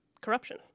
corruption